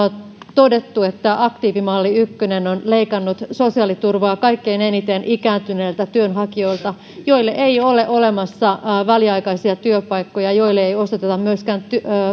todettu että aktiivimalli ykkönen on leikannut sosiaaliturvaa kaikkein eniten ikääntyneiltä työnhakijoilta joille ei ole olemassa väliaikaisia työpaikkoja ja joille ei osoiteta myöskään